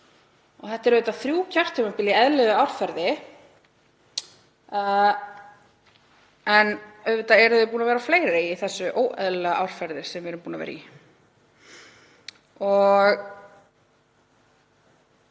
ár. Þetta eru auðvitað þrjú kjörtímabil í eðlilegu árferði en auðvitað eru þau búin að vera fleiri í því óeðlilega árferði sem við höfum verið í.